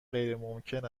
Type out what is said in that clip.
غیرممکن